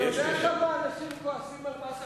אתה יודע כמה אנשים כועסים על מס הכנסה?